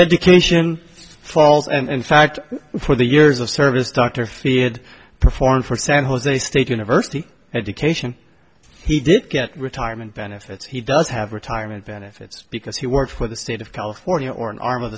education falls and in fact for the years of service dr feelgood performed for san jose state university education he did get retirement benefits he does have retirement benefits because he works for the state of california or an arm of